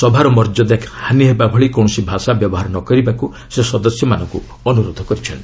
ସଭାର ମର୍ଯ୍ୟାଦା ହାନି ହେବାଭଳି କୌଣସି ଭାଷା ବ୍ୟବହାର ନ କରିବାକୁ ସେ ସଦସ୍ୟମାନଙ୍କୁ ଅନୁରୋଧ କରିଛନ୍ତି